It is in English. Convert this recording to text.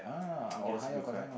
okay that's a good card